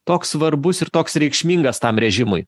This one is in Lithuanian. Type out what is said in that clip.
toks svarbus ir toks reikšmingas tam režimui